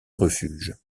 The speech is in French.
refuge